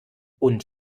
und